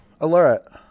alert